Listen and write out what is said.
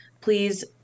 Please